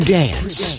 dance